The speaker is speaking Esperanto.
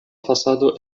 fasado